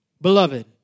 beloved